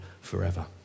forever